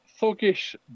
thuggish